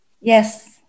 Yes